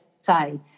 say